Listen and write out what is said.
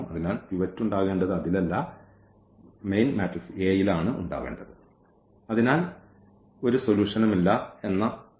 അതിനാൽ ഇത് ഒരു സൊലൂഷനും ഇല്ല എന്ന കേസ് ആണ്